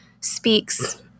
speaks